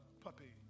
puppy